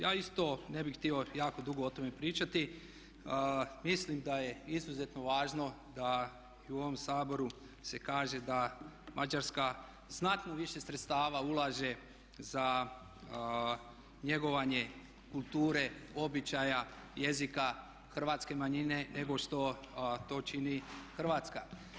Ja isto ne bih htio jako dugo o tome pričati, mislim da je izuzetno važno da i u ovom Saboru se kaže da Mađarska znatno više sredstava ulaže za njegovanje kulture, običaja, jezika hrvatske manjine nego što to čini Hrvatska.